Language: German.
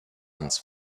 ins